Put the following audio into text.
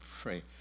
pray